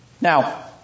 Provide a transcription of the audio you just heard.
now